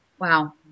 Wow